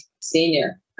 senior